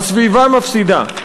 הסביבה מפסידה,